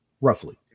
roughly